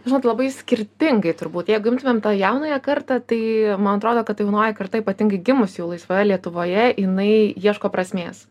žinot labai skirtingai turbūt jeigu imtumėm tą jaunąją kartą tai man atrodo kad jaunoji karta ypatingai gimusi jau laisvoje lietuvoje jinai ieško prasmės